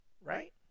right